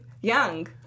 Young